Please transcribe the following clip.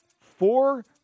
four